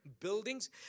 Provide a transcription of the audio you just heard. buildings